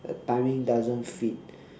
the timing doesn't fit